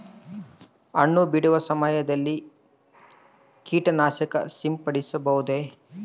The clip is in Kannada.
ಹಣ್ಣು ಬಿಡುವ ಸಮಯದಲ್ಲಿ ಕೇಟನಾಶಕ ಸಿಂಪಡಿಸಬಾರದೆ?